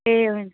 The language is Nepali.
ए हुन्